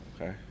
Okay